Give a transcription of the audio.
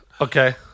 Okay